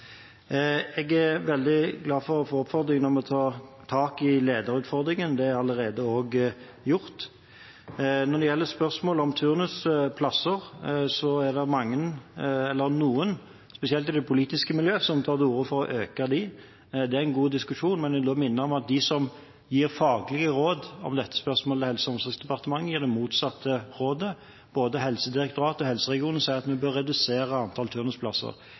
Jeg er veldig glad for å få oppfordringen om å ta tak i lederutfordringen. Det er også allerede gjort. Når det gjelder spørsmålet om turnusplasser, så er det noen – spesielt i det politiske miljøet – som tar til orde for å øke dem. Det er en god diskusjon, men jeg vil da minne om at de som gir faglige råd om dette spørsmålet i Helse- og omsorgsdepartementet, gir det motsatte rådet. Både Helsedirektoratet og helseregionene sier at vi bør redusere antallet turnusplasser.